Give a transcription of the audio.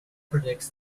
predicts